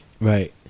Right